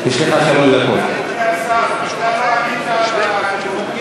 מה זה הדבר הזה?